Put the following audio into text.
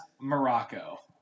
Morocco